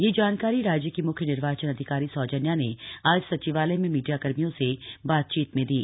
यह जानकारी राज्य की म्ख्य निर्वाचन अधिकारी सौजन्या ने आज सचिवालय में मीडियाकर्मियों से बातचीत में दी